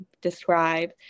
describe